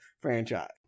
franchise